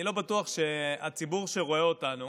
אני לא בטוח שהציבור שרואה אותנו